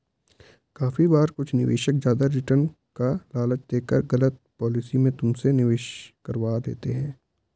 काफी बार कुछ निवेशक ज्यादा रिटर्न का लालच देकर गलत पॉलिसी में तुमसे निवेश करवा लेते हैं